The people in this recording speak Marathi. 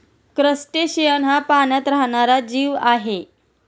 क्रस्टेशियन हा पाण्यात राहणारा जीव आहे